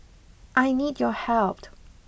I need your helped